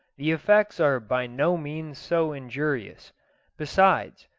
the effects are by no means so injurious besides,